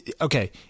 okay